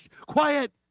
quiet